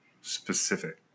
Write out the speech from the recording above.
specific